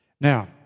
Now